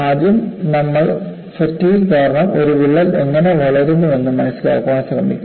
ആദ്യം നമ്മൾ ഫാറ്റിഗ് കാരണം ഒരു വിള്ളൽ എങ്ങനെ വളരുന്നുവെന്ന് മനസിലാക്കാൻ ശ്രമിക്കും